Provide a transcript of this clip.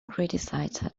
criticized